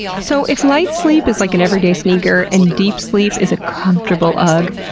so if light sleep is like an everyday sneaker, and deep sleep is a comfortable ugg,